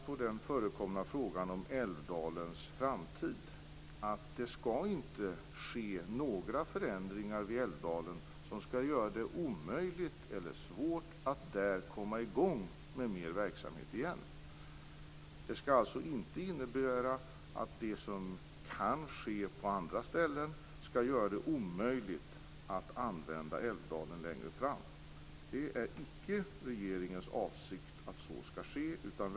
På den förekomna frågan om Älvdalens framtid kan jag svara att det inte skall ske några förändringar vid Älvdalen som skall göra det omöjligt eller svårt att där komma i gång med mer verksamhet igen. Det som kan ske på andra ställen skall alltså inte innebära att det blir omöjligt att använda Älvdalen längre fram. Det är icke regeringens avsikt att så skall ske.